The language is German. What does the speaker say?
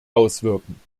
auswirken